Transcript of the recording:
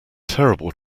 terrible